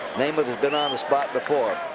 namath has been on the spot before.